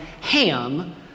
Ham